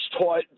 taught